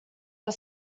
are